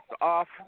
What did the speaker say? off